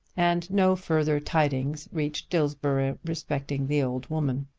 and no further tidings reached dillsborough respecting the old woman.